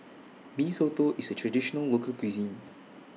Mee Soto IS A Traditional Local Cuisine